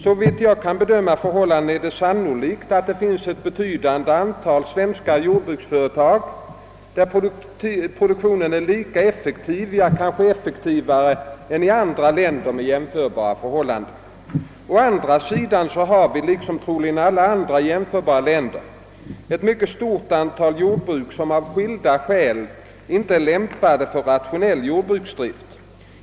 Såvitt jag kan bedöma förhållandena är det sannolikt att det finns ett betydande antal svenska jordbruksföretag, där produktionen är lika effektiv, ja kanske effektivare, än i andra länder med jämförbara förhållanden. Å andra sidan har vi — liksom troligen alla andra jämförbara länder — ett mycket stort antal jordbruk som av skilda skäl inte är lämpade för rationell jordbruksdrift.